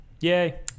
Yay